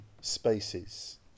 spaces